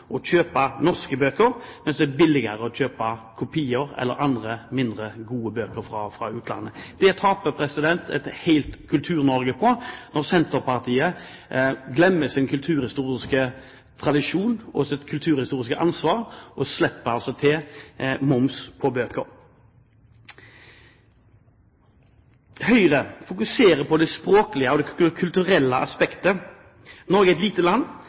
å kjøpe norske bøker, mens det er billigere å kjøpe kopier eller andre, mindre gode bøker fra utlandet. Et helt Kultur-Norge taper når Senterpartiet glemmer sin kulturhistoriske tradisjon og sitt kulturhistoriske ansvar og slipper til moms på bøker. Høyre fokuserer på det språklige og det kulturelle aspektet. Norge er et lite land,